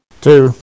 Two